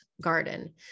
garden